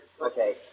Okay